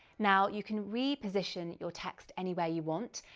now you can reposition your text any where you want.